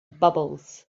bubbles